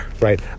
right